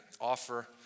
offer